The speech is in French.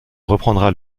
reprendra